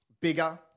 bigger